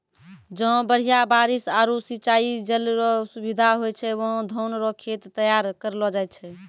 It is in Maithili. जहां बढ़िया बारिश आरू सिंचाई जल रो सुविधा होय छै वहां धान रो खेत तैयार करलो जाय छै